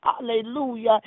Hallelujah